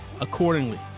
accordingly